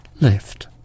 left